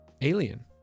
Alien